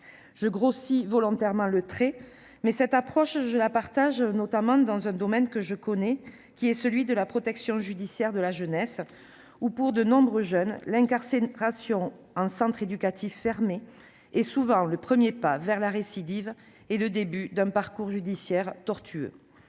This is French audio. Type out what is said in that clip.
Je grossis volontairement le trait, mais je partage largement cette seconde approche, notamment dans un domaine que je connais, celui de la protection judiciaire de la jeunesse, où, pour de nombreux jeunes, l'incarcération en centre éducatif fermé est le premier pas vers la récidive et le début d'un parcours judiciaire tortueux.